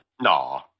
No